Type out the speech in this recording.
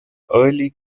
early